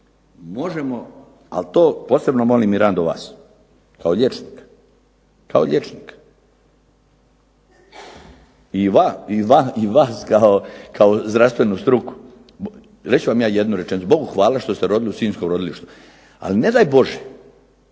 a to posebno molim Mirando vas kao liječnika i vas kao zdravstvenu struku, reći ću vam ja jednu rečenicu, Bogu hvala što ste rodili u sinjskom rodilištu. Ali ne daj Bože